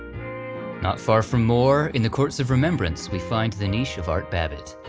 not far from moore, in the courts of remembrance, we find the niche of art babbitt.